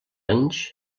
anys